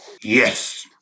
Yes